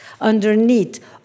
underneath